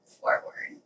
forward